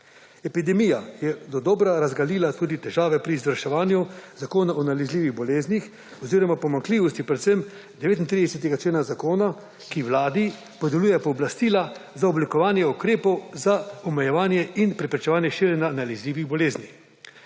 Epidemija je dodobra razgalila tudi težave pri izvrševanju Zakona o nalezljivih boleznih oziroma pomanjkljivosti predvsem 39. člena zakona, ki Vladi podeljuje pooblastila za oblikovanje ukrepov za omejevanje in preprečevanje širjenja nalezljivih bolezni.